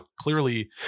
clearly